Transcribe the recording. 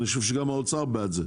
אני חושב שגם האוצר בעד זה.